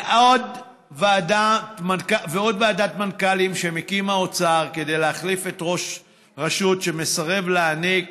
ועד ועדת מנכ"לים שמקים האוצר כדי להחליף את ראש רשות שמסרב להעניק